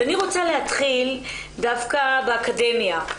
אני רוצה להתחיל דווקא באקדמיה.